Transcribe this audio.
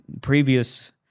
previous